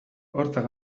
hortzak